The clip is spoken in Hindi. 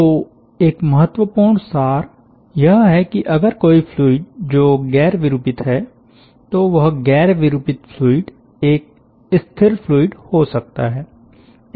तो एक महत्वपूर्ण सार यह है कि अगर कोई फ्लूइड जो गैर विरूपित है तो वह गैर विरूपित फ्लूइड एक स्थिर फ्लूइड हो सकता है